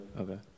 Okay